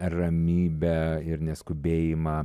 ramybę ir neskubėjimą